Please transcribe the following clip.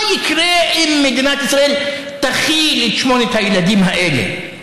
מה יקרה אם מדינת ישראל תכיל את שמונת הילדים האלה,